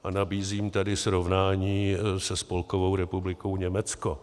A nabízím tady srovnání se Spolkovou republikou Německo.